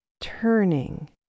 turning